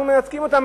אנחנו מנתקים אותם,